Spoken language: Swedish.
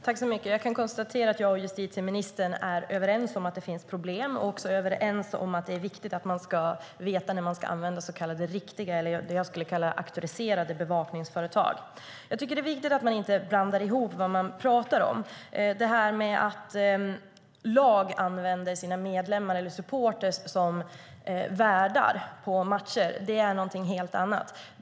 Herr talman! Jag kan konstatera att jag och justitieministern är överens om att det finns problem. Vi är också överens om att det är viktigt att man ska veta när man ska använda så kallade riktiga, eller det jag skulle kalla auktoriserade, bevakningsföretag. Jag tycker att det är viktigt att man inte blandar ihop vad man pratar om. Det här med att lag använder sina medlemmar eller supportrar som värdar på matcher är någonting helt annat.